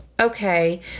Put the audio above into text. okay